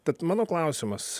tad mano klausimas